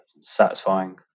satisfying